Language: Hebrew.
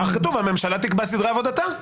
כך כתוב "הממשלה תקבע סדרי עבודתה".